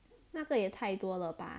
那个也太多了吧